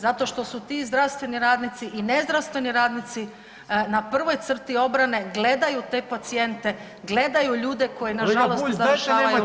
Zato što su ti zdravstveni radnici i nezdravstveni radnici na prvoj crti obrane, gledaju te pacijente, gledaju ljude koji nažalost završavaju loše.